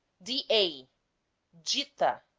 d a dita,